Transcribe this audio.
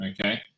okay